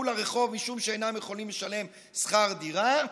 לרחוב משום שאינם יכולים לשלם שכר דירה,